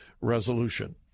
resolution